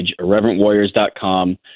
irreverentwarriors.com